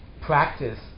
practice